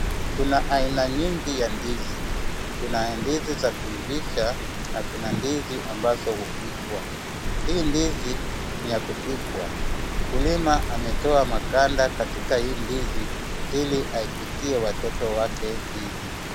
Kuna haina nyingi ya ndizi. Kuna ndizi za kuivisha na kuna ndizi ambazo hupikwa. Hii ndizi ni ya kupikwa. Mkulima ametoa maganda katika hii ndizi ili aipikie watoto wake ndizi.